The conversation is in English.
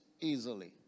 easily